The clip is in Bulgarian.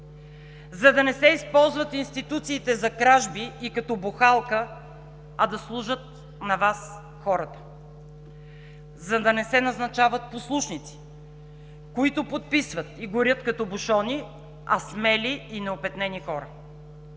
за да не се използват институциите за кражби и като бухалка, а да служат на Вас хората; за да не се назначават послушници, които подписват и горят като бушони, а смели и неопетнени хора;